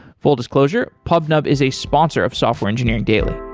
full disclosure pubnub is a sponsor of software engineering daily